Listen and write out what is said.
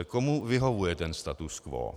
Komu vyhovuje ten status quo?